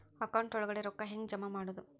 Account ಒಳಗಡೆ ರೊಕ್ಕ ಹೆಂಗ್ ಜಮಾ ಮಾಡುದು?